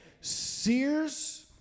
Sears